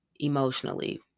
emotionally